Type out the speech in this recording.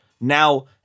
now